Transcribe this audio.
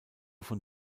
von